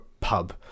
pub